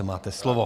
Máte slovo.